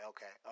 Okay